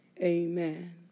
amen